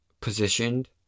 positioned